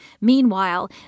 Meanwhile